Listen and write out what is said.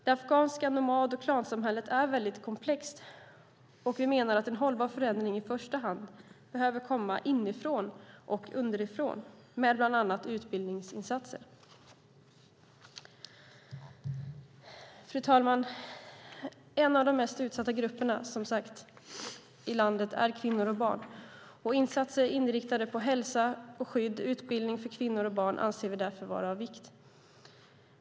Det afghanska nomad och klansamhället är väldigt komplext, och vi menar att en hållbar förändring i första hand behöver komma inifrån och underifrån med bland annat utbildningsinsatser. Fru talman! Kvinnor och barn hör som sagt till de mest utsatta grupperna i landet. Insatser inriktade på hälsa, skydd och utbildning för kvinnor och barn anser vi därför vara av vikt.